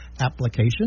application